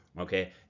Okay